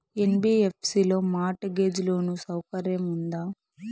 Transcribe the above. NBFC లో mortgage loan సౌకర్యం ఉందా?